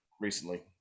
recently